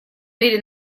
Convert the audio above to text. мере